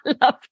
love